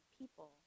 people